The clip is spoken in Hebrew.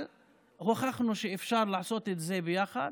אבל הוכחנו שאפשר לעשות את זה ביחד.